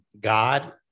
God